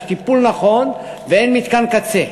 יש טיפול נכון ואין מתקן קצה.